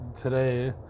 today